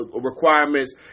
requirements